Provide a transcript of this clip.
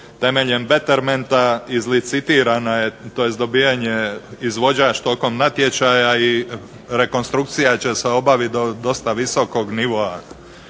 temeljem betermenta, izlicitirana je, tj. dobiven je izvođač tokom natječaja i rekonstrukcija će se obaviti do dosta visokog nivoa.